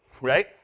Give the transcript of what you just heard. right